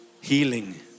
Healing